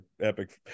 epic